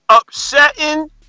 upsetting